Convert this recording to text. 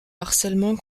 harcèlement